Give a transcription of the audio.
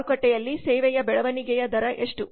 ಮಾರುಕಟ್ಟೆಯಲ್ಲಿ ಸೇವೆಯ ಬೆಳವಣಿಗೆಯ ದರ ಎಷ್ಟು